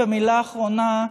מילה אחרונה,